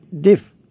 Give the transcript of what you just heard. diff